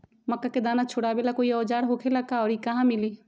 मक्का के दाना छोराबेला कोई औजार होखेला का और इ कहा मिली?